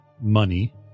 money